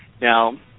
Now